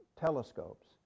telescopes